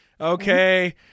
Okay